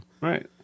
right